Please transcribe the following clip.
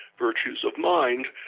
virtues of mind,